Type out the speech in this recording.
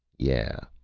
yeah,